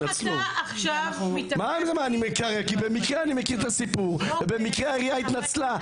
מה אתה עכשיו --- במקרה אני מכיר את הסיפור והעירייה התנצלה.